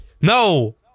No